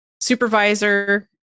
supervisor